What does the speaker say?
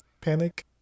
Panic